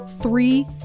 Three